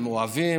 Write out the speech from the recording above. הם אוהבים,